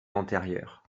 antérieure